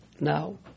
now